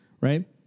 right